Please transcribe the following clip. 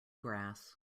grass